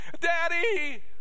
daddy